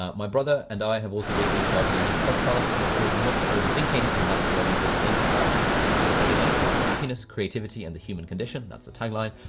um my brother and i have also recently started a new podcast. it's called, notoverthinking, and that's where we overthink about topics in daily life like happiness, creativity and the human condition. that's the timeline,